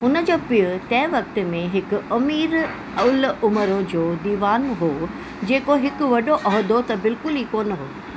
हुन जो पीउ तंहिं वक़्ति में हिकु अमीर उल उमर जो दीवानु हुओ जेको हिकु वॾो उहिदो त बिल्कुल ई कोन हुओ